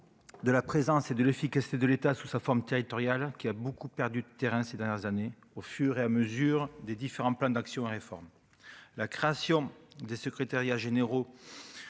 de la présence et de l'efficacité de l'État sous sa forme territoriale qui a beaucoup perdu du terrain ces dernières années au fur et à mesure des différents plans d'action à réforme : la création des secrétariats généraux,